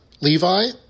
Levi